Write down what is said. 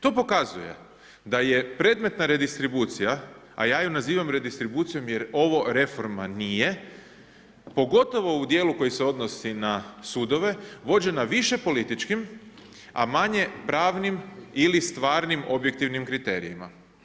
To pokazuje da je predmetna redistribucija, a ja ju naziva redistribucijom jer ovo reforma nije pogotovo u dijelu koji se odnosi na sudove, vođena više političkim, a manje pravnim ili stvarnim objektivnim kriterijima.